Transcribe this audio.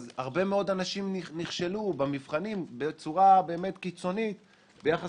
אז הרבה מאוד אנשים נכשלו במבחנים בצורה קיצונית ביחס